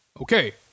Okay